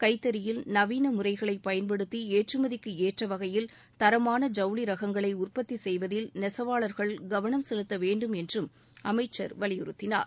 கைத்தறியில் நவீன முறைகளை பயன்படுத்தி ஏற்றுமதிக்கு ஏற்றவகையில் தரமான ஜவுளி ரகங்களை உற்பத்தி செய்வதில் நெசவாளர்கள் கவனம் செலுத்த வேண்டும் என்றும் அமைச்சர் வலியுறுத்தினார்